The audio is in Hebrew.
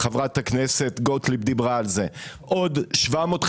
חברת הכנסת גוטליב דיברה על זה, עוד 750